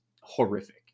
horrific